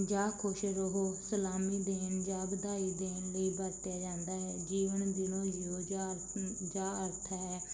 ਜਾਂ ਖੁਸ਼ ਰਹੋ ਸਲਾਮੀ ਦੇਣ ਜਾਂ ਵਧਾਈ ਦੇਣ ਲਈ ਵਰਤਿਆ ਜਾਂਦਾ ਹੈ ਜੀਵਨ ਦਿਲੋਂ ਜੀਓ ਜਾਅ ਜਾਂ ਅਰਥ ਹੈ